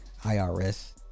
IRS